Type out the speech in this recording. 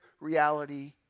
reality